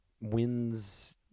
wins